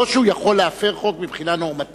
לא שהוא יכול להפר חוק מבחינה נורמטיבית,